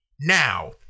Now